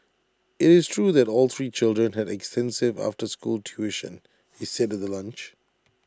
IT is true that all three children had extensive after school tuition he said at the lunch